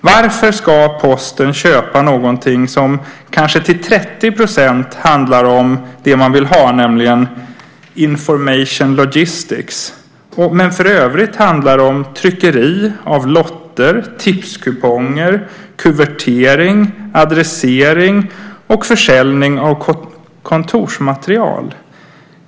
Varför ska Posten köpa någonting som kanske till 30 % handlar om det man vill ha, nämligen information logistics men som för övrigt handlar om tryckeri, lotter, tipskuponger, kuvertering, adressering och försäljning av kontorsmaterial?